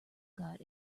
got